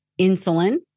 insulin